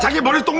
yeah get bloated